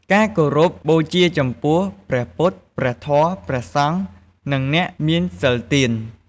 ការគោរពបូជាចំពោះ ព្រះពុទ្ធ ព្រះធម៌ ព្រះសង្ឃ និងអ្នកមានសីលទាន។